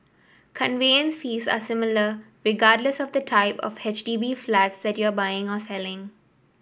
conveyance fees are similar regardless of the type of H D B flat that you are buying or selling